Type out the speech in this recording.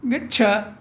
गच्छ